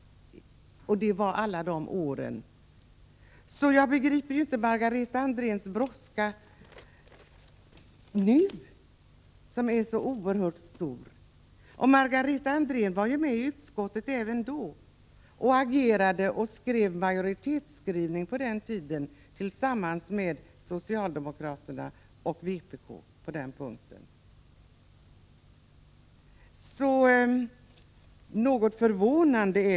Så var det under alla de borgerliga åren, och jag förstår därför inte Margareta Andréns stora brådska nu. Den är något förvånande, för Margareta Andrén var ju med och agerade i utskottet redan på den tiden. Hon deltog i majoritetsskrivningen tillsammans med socialdemokraterna och vpk på den här punkten.